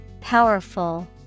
Powerful